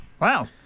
Wow